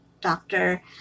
doctor